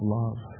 love